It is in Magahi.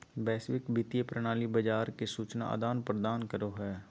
वैश्विक वित्तीय प्रणाली बाजार के सूचना आदान प्रदान करो हय